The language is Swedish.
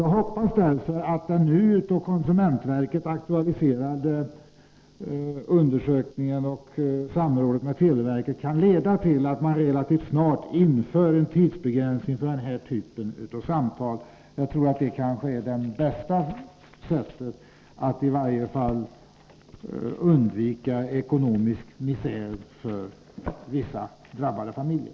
Jag hoppas nu att den av konsumentverket aktualiserade undersökningen och samrådet med televerket kan leda till att man relativt snart inför en tidsbegränsning för den här typen av samtal. Det är kanske det bästa sättet att undvika ekonomisk misär för vissa drabbade familjer.